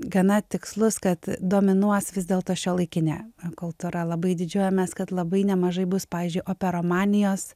gana tikslus kad dominuos vis dėlto šiuolaikinė kultūra labai didžiuojamės kad labai nemažai bus pavyzdžiui operomanijos